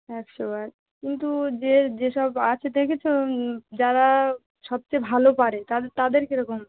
একশোবার কিন্তু যে যেসব আছে দেখেছো যারা সবচেয়ে ভালো পারে তাদের তাদের কেরকম